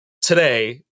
today